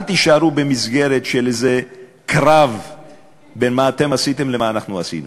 אל תישארו במסגרת של איזה קרב בין מה אתם עשיתם לבין מה אנחנו עשינו.